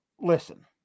listen